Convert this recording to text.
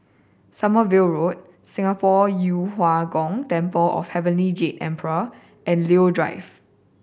Sommerville Road Singapore Yu Huang Gong Temple of Heavenly Jade Emperor and Leo Drive